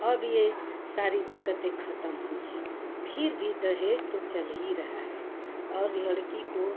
अब यह सारी दिक्कतें खत्म हुई हैं फिर भी दहेज तो चल ही रहा है और लड़की को